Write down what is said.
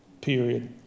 period